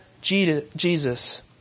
Jesus